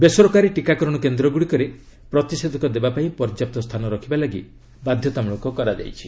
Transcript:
ବେସରକାରୀ ଟିକାକରଣ କେନ୍ଦ୍ର ଗୁଡ଼ିକରେ ପ୍ରତିଷେଧକ ଦେବା ପାଇଁ ପର୍ଯ୍ୟାପ୍ତ ସ୍ଥାନ ରଖାଯିବାକୁ ବାଧ୍ୟତାମୂଳକ କରାଯାଇଛି